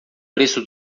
preço